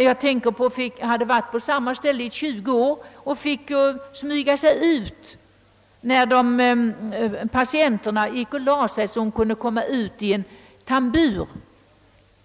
En av dem som hade varit på samma ställe i 20 år måste, när patienterna lagt sig, smyga sig ut i en tambur